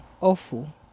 awful